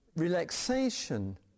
Relaxation